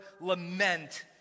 lament